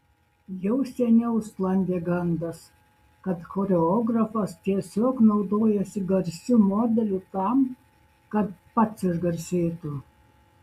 jau seniau sklandė gandas kad choreografas tiesiog naudojasi garsiu modeliu tam kad pats išgarsėtų